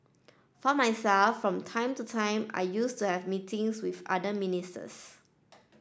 for myself from time to time I used to have meetings with other ministers